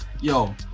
Yo